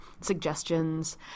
suggestions